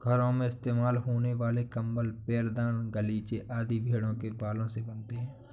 घरों में इस्तेमाल होने वाले कंबल पैरदान गलीचे आदि भेड़ों के बालों से बनते हैं